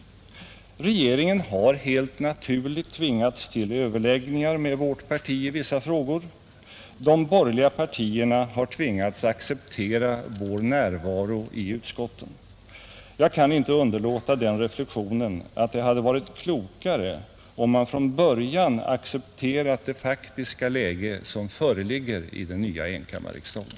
Regeringen har helt naturligt tvingats till överläggningar med vårt parti i vissa frågor; de borgerliga partierna har tvingats acceptera vår närvaro i utskotten. Jag kan inte underlåta den reflexionen att det hade varit klokare om man från början accepterat det faktiska läge som föreligger i den nya enkammarriksdagen.